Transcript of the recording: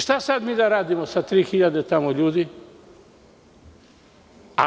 Šta sada mi da radimo sa 3.000 ljudi tamo?